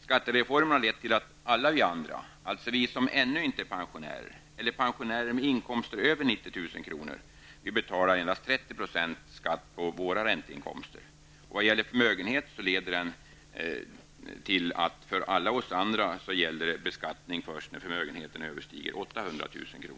Skattereformen har lett till att alla vi andra, alltså vi som ännu inte är pensionärer eller pensionärer med inkomster över 90 000 kr., betalar endast 30 % i skatt på våra ränteinkomster. För oss alla andra utgår förmögenhetsskatt först när förmögenheten överstiger 800 000 kr.